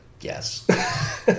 yes